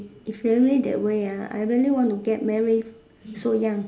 if really that way ah I really want to get married so young